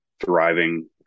thriving